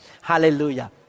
Hallelujah